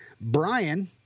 Brian